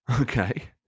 Okay